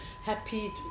happy